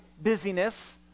busyness